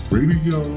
Radio